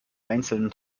einzelnen